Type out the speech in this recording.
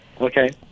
Okay